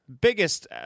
biggest